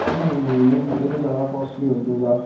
ਨਹੀਂ ਨਹੀਂ ਜੀ ਇਨ ਇਹ ਤਾਂ ਜ਼ਿਆਦਾ ਕੋਸਟਲੀ ਹੋ ਜਾਊਗਾ